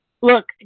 Look